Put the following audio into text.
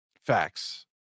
facts